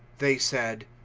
they said.